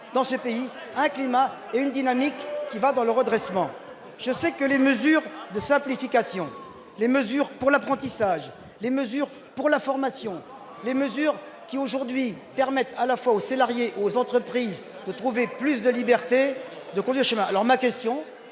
dans ce pays un climat et une dynamique qui va dans le redressement, je sais que les mesures de simplification, les mesures pour l'apprentissage, les mesures pour la formation des mesures qui aujourd'hui permettent à la fois au salarié aux entreprises de trouver plus de liberté, de conduire alors ma question